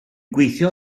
gweithio